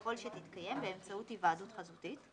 יכול שתתקיים באמצעות היוועדות חזותית,